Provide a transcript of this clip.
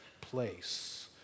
place